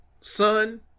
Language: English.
son